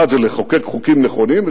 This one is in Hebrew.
האחת היא לחוקק חוקים נכונים,